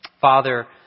Father